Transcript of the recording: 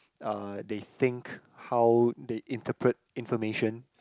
uh they think how they interpret information